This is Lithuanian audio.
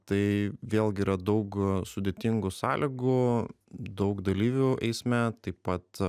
tai vėlgi yra daug sudėtingų sąlygų daug dalyvių eisme taip pat